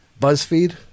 BuzzFeed